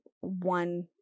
one